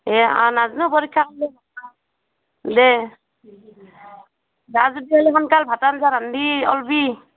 এ আ নাজানো পৰীক্ষা দে সোনকালে ভাতৰ আঞ্জা ৰান্ধি ওলাবি